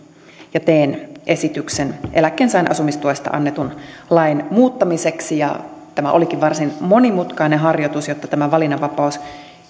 teen esityksen eläkkeensaajan asumistuesta annetun lain muuttamiseksi ja tämä olikin varsin monimutkainen harjoitus jotta tämä valinnanvapaus